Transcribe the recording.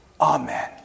Amen